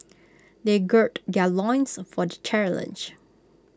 they gird their loins for the challenge